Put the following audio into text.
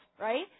right